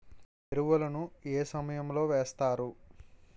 ఎరువుల ను ఏ సమయం లో వేస్తారు?